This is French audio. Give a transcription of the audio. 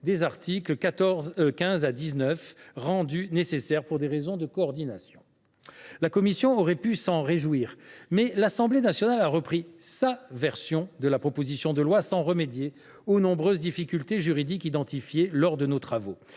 des articles 15 à 19, rendue nécessaire pour des raisons de coordination. Notre commission aurait pu s’en réjouir, mais l’Assemblée nationale a repris sa version de la proposition de loi, sans remédier aux nombreuses difficultés juridiques identifiées lors de nos travaux,